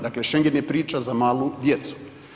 Dakle, Schengen je priča za malu djecu.